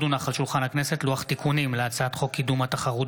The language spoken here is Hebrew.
לוח תיקונים להצעת חוק קידום התחרות